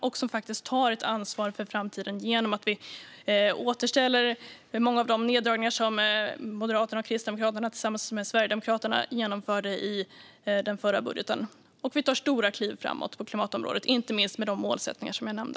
Den innebär att vi tar ett ansvar för framtiden genom att vi återställer många av de neddragningar som Moderaterna och Kristdemokraterna tillsammans med Sverigedemokraterna genomförde i den förra budgeten. Vi tar stora kliv framåt på klimatområdet, inte minst med de målsättningar som jag nämnde.